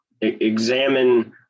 examine